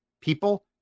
people